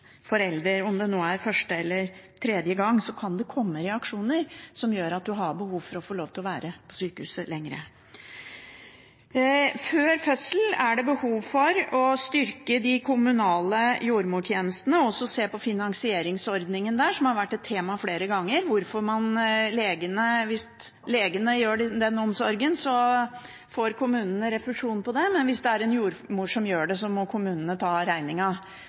Om det nå er første eller tredje gang, kan det komme reaksjoner som gjør at man har behov for å få lov til å være på sykehuset lenger. Før fødselen er det behov for å styrke de kommunale jordmortjenestene og også se på finansieringsordningen, som har vært et tema flere ganger. Hvis legene gir denne omsorgen, får kommunene refusjon for det, men hvis det er en jordmor som gir den, må kommunene ta